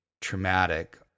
traumatic